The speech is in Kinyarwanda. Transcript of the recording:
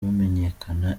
bamenyekana